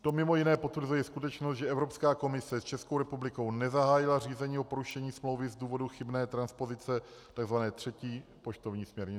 To mimo jiné potvrzuje skutečnost, že Evropská komise s Českou republikou nezahájila řízení o porušení smlouvy z důvodu chybné transpozice takzvané třetí poštovní směrnice.